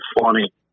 funny